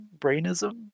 brainism